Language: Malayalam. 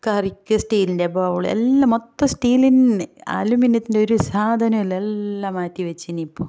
കറിക്ക് സ്റ്റീലിൻ്റെ ബൗൾ എല്ലാം മൊത്തം സ്റ്റീൽ തന്നെ അലുമിനിയത്തിൻ്റെ ഒരു സാധനമില്ല എല്ലാം മാറ്റിവെച്ച് ഇനിയിപ്പോൾ